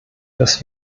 dass